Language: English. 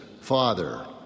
father